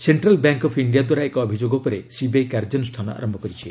central bank of India ଦ୍ୱାରା ଏକ ଅଭିଯୋଗ ଉପରେ ସିବିଆଇ କାର୍ଯ୍ୟାନୁଷ୍ଠାନ ଆରମ୍ଭ କରିଛି